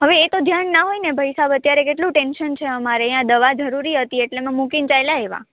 હવે એ તો ધ્યાન ના હોય ને ભાઈસાહેબ અત્યારે કેટલું ટેન્શન છે અમારે અહીંયા દવા જરૂરી હતી એટલે અમે મૂકીને ચાલ્યા આવ્યાં